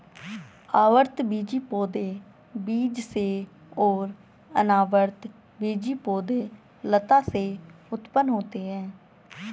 आवृतबीजी पौधे बीज से और अनावृतबीजी पौधे लता से उत्पन्न होते है